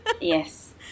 Yes